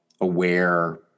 aware